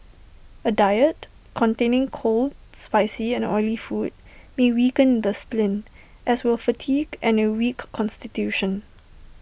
A diet containing cold spicy and oily food may weaken the spleen as will fatigue and A weak Constitution